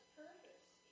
purpose